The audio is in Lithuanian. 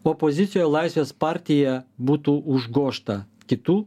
opozicijoj laisvės partija būtų užgožta kitų